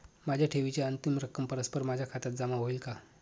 माझ्या ठेवीची अंतिम रक्कम परस्पर माझ्या खात्यात जमा होईल का?